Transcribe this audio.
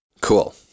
Cool